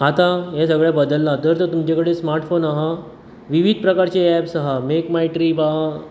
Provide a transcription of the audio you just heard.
आतां हे सगळें बदल्ला जर तर तुमचें कडेन स्मार्टफोन आहा विविध प्रकारची एप्स आहा मेक माय ट्रीप आहा